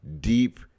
deep